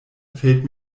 fällt